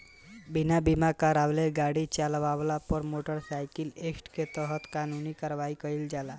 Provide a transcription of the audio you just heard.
बिना बीमा करावले गाड़ी चालावला पर मोटर साइकिल एक्ट के तहत कानूनी कार्रवाई कईल जाला